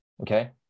okay